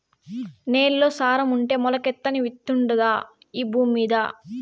నేల్లో సారం ఉంటే మొలకెత్తని విత్తుండాదా ఈ భూమ్మీద